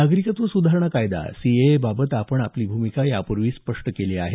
नागरिकत्व सुधारणा कायदा सीएए बाबत आपण आपली भूमिका यापूर्वीच स्पष्ट केली आहे